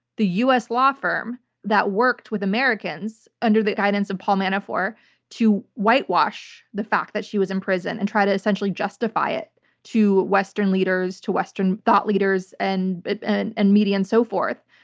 the us law firm that worked with americans under the guidance of paul manafort to whitewash the fact that she was in prison and try to essentially justify it to western leaders, to western thought leaders and and and media and so forth.